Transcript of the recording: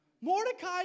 Mordecai